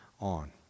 on